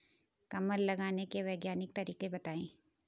कमल लगाने के वैज्ञानिक तरीके बताएं?